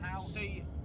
see